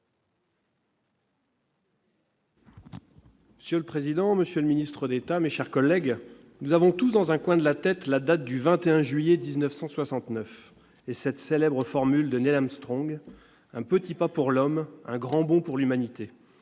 Monsieur le président, monsieur le ministre d'État, mes chers collègues, nous avons tous dans un coin de la tête la date du 21 juillet 1969 et la célèbre formule de Neil Armstrong :« Un petit pas pour l'Homme, un grand bond pour l'Humanité.